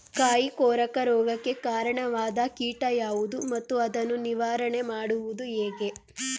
ಕಾಯಿ ಕೊರಕ ರೋಗಕ್ಕೆ ಕಾರಣವಾದ ಕೀಟ ಯಾವುದು ಮತ್ತು ಅದನ್ನು ನಿವಾರಣೆ ಮಾಡುವುದು ಹೇಗೆ?